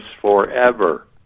forever